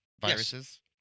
Viruses